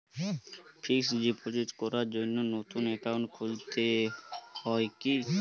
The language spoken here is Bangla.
ফিক্স ডিপোজিট করার জন্য নতুন অ্যাকাউন্ট খুলতে হয় কী?